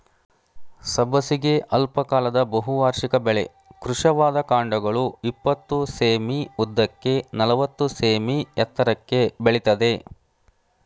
ಸಬ್ಬಸಿಗೆ ಅಲ್ಪಕಾಲದ ಬಹುವಾರ್ಷಿಕ ಬೆಳೆ ಕೃಶವಾದ ಕಾಂಡಗಳು ಇಪ್ಪತ್ತು ಸೆ.ಮೀ ಉದ್ದಕ್ಕೆ ನಲವತ್ತು ಸೆ.ಮೀ ಎತ್ತರಕ್ಕೆ ಬೆಳಿತದೆ